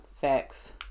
facts